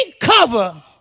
cover